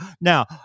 Now